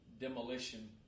demolition